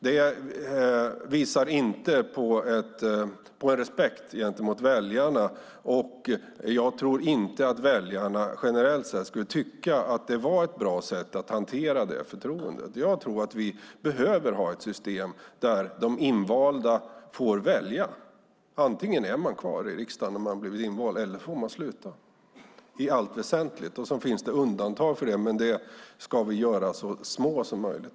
Det visar inte på respekt gentemot väljarna. Jag tror inte att väljarna generellt sett skulle tycka att det var ett bra sätt att hantera det förtroendet. Jag tror att vi behöver ha ett system där de invalda får välja: antingen är man kvar i riksdagen om man blir invald, eller får man sluta. Så finns det undantag, men sådana ska vi göra så lite som möjligt.